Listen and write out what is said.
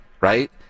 right